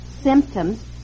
Symptoms